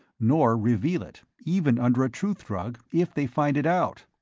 nor reveal it even under a truth drug if they find it out.